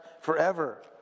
forever